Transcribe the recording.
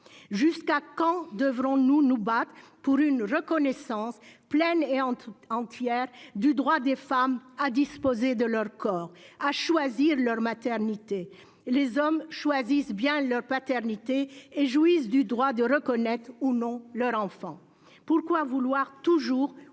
temps encore devrons-nous nous battre pour une reconnaissance pleine et entière du droit des femmes à disposer de leur corps, à choisir leur maternité ? Les hommes choisissent bien leur paternité et jouissent bien du droit de reconnaître ou non leur enfant ... Pourquoi vouloir toujours,